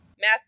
Math